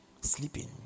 sleeping